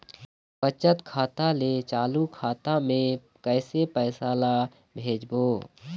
बचत खाता ले चालू खाता मे कैसे पैसा ला भेजबो?